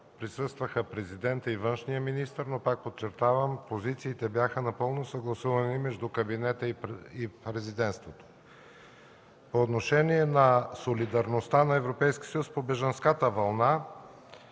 присъстваха Президентът и външният министър, но пак подчертавам, позициите бяха напълно съгласувани между кабинета и Президентството. По отношение на солидарността на Европейския съюз по бежанската вълна.